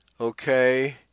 okay